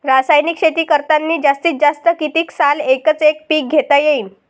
रासायनिक शेती करतांनी जास्तीत जास्त कितीक साल एकच एक पीक घेता येईन?